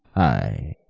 ay,